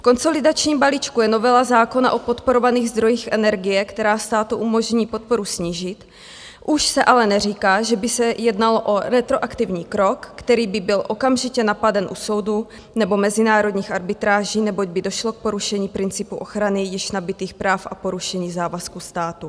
V konsolidačním balíčku je novela zákona o podporovaných zdrojích energie, která státu umožní podporu snížit, už se ale neříká, že by se jednalo o retroaktivní krok, který by byl okamžitě napaden u soudu nebo mezinárodních arbitráží, neboť by došlo k porušení principu ochrany již nabytých práv a porušení závazků státu.